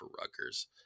Rutgers